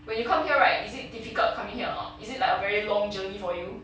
when you come here right is it difficult coming here or not is it like a very long journey for you